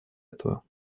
этого